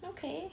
okay